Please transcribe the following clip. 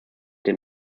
den